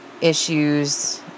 issues